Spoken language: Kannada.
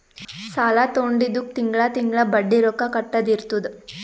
ಸಾಲಾ ತೊಂಡಿದ್ದುಕ್ ತಿಂಗಳಾ ತಿಂಗಳಾ ಬಡ್ಡಿ ರೊಕ್ಕಾ ಕಟ್ಟದ್ ಇರ್ತುದ್